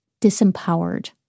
disempowered